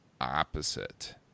opposite